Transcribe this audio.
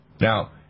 Now